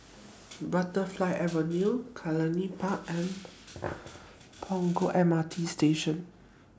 Butterfly Avenue Cluny Park and Punggol M R T Station